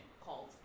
called